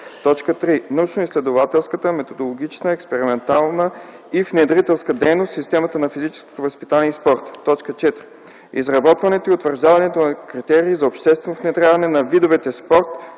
спорта; 3. научноизследователската, методологичната, експерименталната и внедрителската дейност в системата на физическото възпитание и спорта; 4. изработването и утвърждаването на критерии за обществено внедряване на видовете спорт